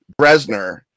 Bresner